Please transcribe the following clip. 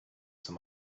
some